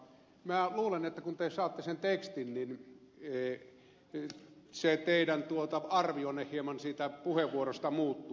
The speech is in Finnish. minä luulen että kun te saatte sen tekstin teidän arvionne hieman siitä puheenvuorosta muuttuu